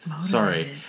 Sorry